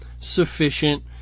sufficient